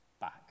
back